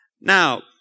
Now